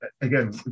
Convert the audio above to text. again